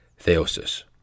theosis